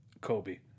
Kobe